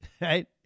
right